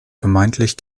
vermeintlich